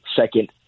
second